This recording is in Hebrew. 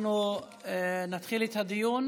אנחנו נתחיל את הדיון